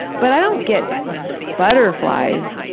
but i don't get butterflies,